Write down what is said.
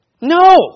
No